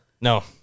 No